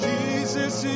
Jesus